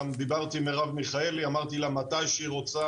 גם דיברתי עם מירב מיכאלי אמרתי לה מתי שהיא רוצה,